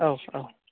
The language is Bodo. औ औ